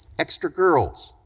extra girls,